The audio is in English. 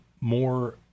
more